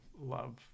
love